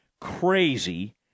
crazy